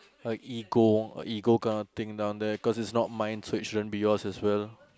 a ego a ego kind of thing down there cause it's not mine so it shouldn't be yours as well